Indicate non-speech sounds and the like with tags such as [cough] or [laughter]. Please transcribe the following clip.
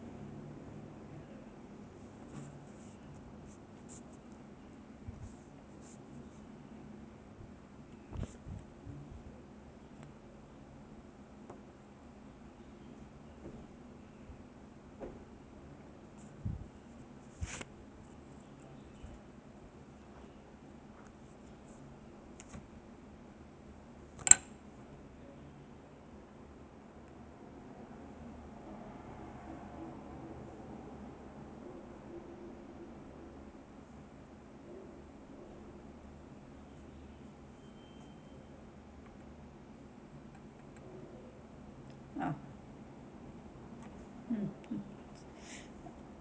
ah mm mm [breath]